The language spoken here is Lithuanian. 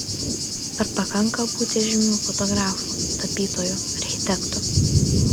ar pakanka būti žymiu fotografu tapytoju architektu